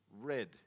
red